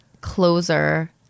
closer